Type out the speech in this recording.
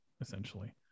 essentially